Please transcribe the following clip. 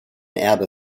erbe